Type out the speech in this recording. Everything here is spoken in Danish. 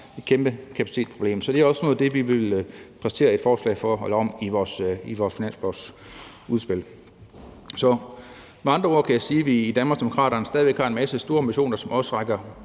er kæmpe kapacitetsproblemer. Så det er også noget af det, vi vil præsentere et forslag om i vores finanslovsudspil. Så med andre ord kan jeg sige, at vi i Danmarksdemokraterne stadig væk har en masse store missioner, som også rækker